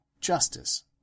Justice